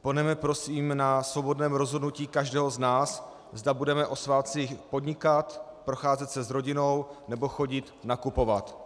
Ponechme prosím na svobodném rozhodnutí každého z nás, zda budeme o svátcích podnikat, procházet se s rodinou nebo chodit nakupovat.